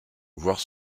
voire